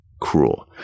cruel